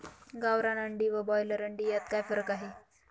गावरान अंडी व ब्रॉयलर अंडी यात काय फरक आहे?